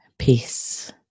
Peace